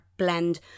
blend